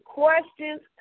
questions